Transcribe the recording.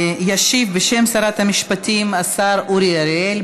ישיב, בשם שרת המשפטים, השר אורי אריאל.